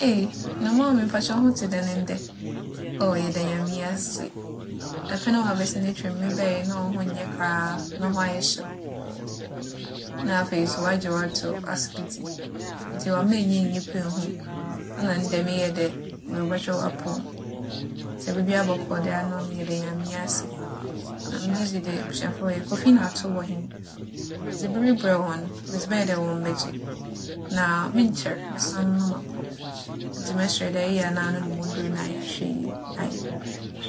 Ei, na maame mepa wo kyɛw wo ho tse dɛn ndɛ? Oh, yɛda Nyame ase. Dapɛn a ͻabɛsen etwa mu mebae na wo ho nnyɛ koraa. Na wo ho ayɛ hyew, nna afei so wͻagye wo ato asopitsi ntsi ͻamma ennya enyi mpo ennhu me. Nna ndɛ meyɛɛ dɛ morobͻhwɛ w'apͻw mu. Sɛ biribiara bͻkͻͻ de a nna ͻno yɛda Nyame ase. Na megye dzi dɛ ebusuafo ho ye? Kofi na Ato wͻ hen? Medze biribi brɛɛ hͻn, medze bae dɛ wͻmbɛgye na mennkyɛr, mɛsan na makͻ ntsi mɛserɛ dɛ eyɛ a na anonom wo ndur na ayɛ ahwɛyie, ae.